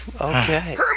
okay